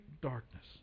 darkness